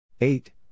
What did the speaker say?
Eight